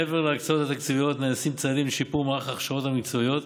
מעבר להקצאות התקציביות נעשים צעדים לשיפור מערך ההכשרות המקצועיות,